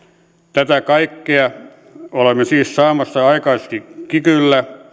tätä kaikkea olemme siis saamassa aikaiseksi kikyllä